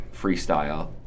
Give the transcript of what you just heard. freestyle